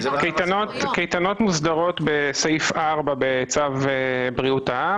קייטנות מוסדרות בסעיף 4 בצו בריאות העם.